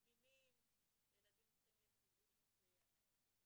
מבינים שילדים צריכים יציבות מסוימת,